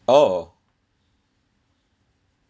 oh